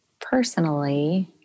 personally